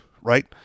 right